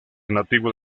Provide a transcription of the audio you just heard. nativo